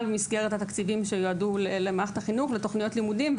במסגרת התקציבים שיועדו לתכניות לימודים במערכת החינוך,